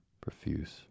profuse